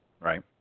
Right